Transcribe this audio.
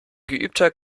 geübter